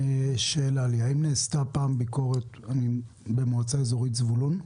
האם נעשתה פעם ביקורת במועצה האזורית זבולון?